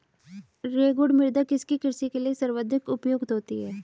रेगुड़ मृदा किसकी कृषि के लिए सर्वाधिक उपयुक्त होती है?